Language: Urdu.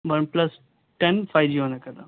one plus ten five G ہونے کا